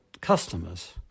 customers